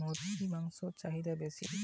Broiler না layer মুরগির মাংসর চাহিদা বেশি?